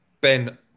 Ben